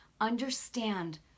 understand